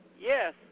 Yes